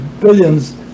billions